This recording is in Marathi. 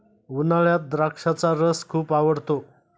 उन्हाळ्यात द्राक्षाचा रस खूप आवडतो